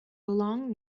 long